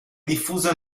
diffuso